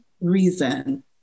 reason